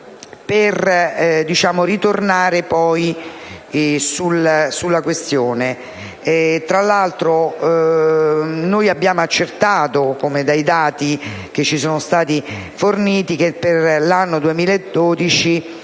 per ritornare poi sulla questione. Abbiamo accertato dai dati che ci sono stati forniti che, per l'anno 2012,